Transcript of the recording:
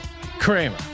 Kramer